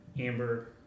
amber